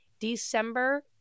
December